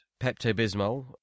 Pepto-Bismol